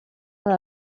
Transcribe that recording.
muri